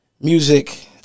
music